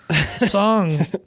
Song